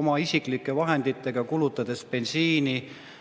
oma isiklike vahenditega, kulutades bensiini